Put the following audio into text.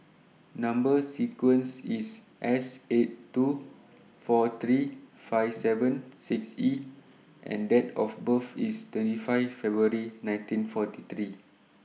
Number sequence IS S eight two four three five seven six E and Date of birth IS twenty five February nineteen forty three